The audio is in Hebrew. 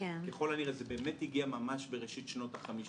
ככל הנראה זה באמת הגיע ממש בראשית שנות ה-50